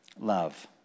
Love